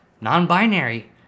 non-binary